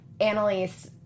Annalise